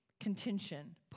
contention